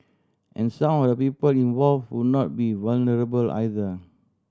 and some of the people involved would not be vulnerable either